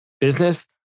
Business